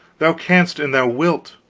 thou canst an thou wilt.